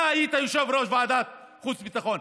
אתה היית יושב-ראש ועדת חוץ וביטחון.